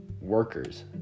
workers